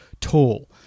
tall